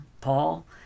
Paul